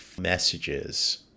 messages